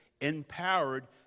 empowered